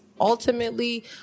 ultimately